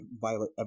Violet